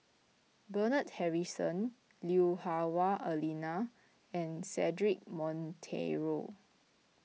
Bernard Harrison Lui Hah Wah Elena and Cedric Monteiro